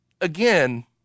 again